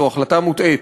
זו החלטה מוטעית.